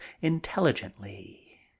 intelligently